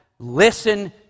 Listen